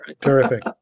Terrific